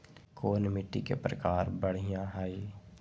कोन मिट्टी के प्रकार बढ़िया हई?